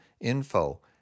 info